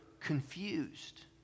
confused